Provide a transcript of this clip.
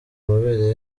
amabere